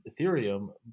Ethereum